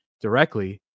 directly